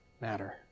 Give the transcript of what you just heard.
matter